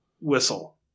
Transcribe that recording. whistle